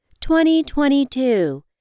2022